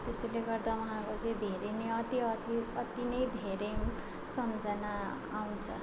त्यसैले गर्दा उहाँको चैँ धेरै नै अति अति अति नै धेरै सम्झना आउँछ